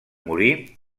morir